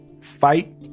fight